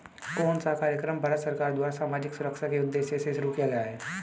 कौन सा कार्यक्रम भारत सरकार द्वारा सामाजिक सुरक्षा के उद्देश्य से शुरू किया गया है?